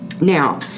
Now